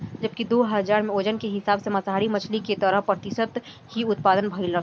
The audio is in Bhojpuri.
जबकि दू हज़ार में ओजन के हिसाब से मांसाहारी मछली के तेरह प्रतिशत ही उत्तपद भईलख